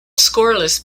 scoreless